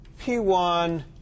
p1